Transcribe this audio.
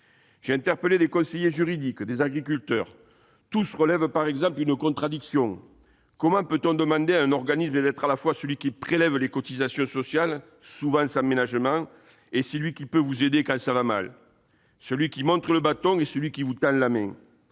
J'ai interpellé des conseillers juridiques, des agriculteurs ; tous relèvent une contradiction : comment peut-on demander à un organisme d'être à la fois celui qui prélève les cotisations sociales, souvent sans ménagements, et celui qui doit vous aider quand ça va mal ? Celui qui montre le bâton et celui qui vous tend la main ?